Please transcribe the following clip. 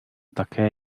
také